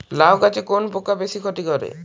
লাউ গাছে কোন পোকা বেশি ক্ষতি করে?